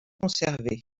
conservée